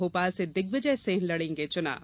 भोपाल से दिग्विजय सिंह लड़ेंगे चुनाव